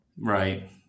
Right